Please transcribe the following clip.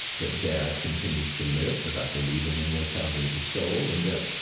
that dad continues to live, that i believe in the immortality of the soul, and that,